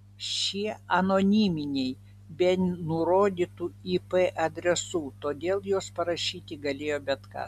šie anoniminiai be nurodytų ip adresų todėl juos parašyti galėjo bet kas